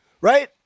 Right